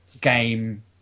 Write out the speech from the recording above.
Game